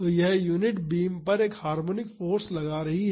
तो यह unit beam पर एक हार्मोनिक फाॅर्स लगा रही है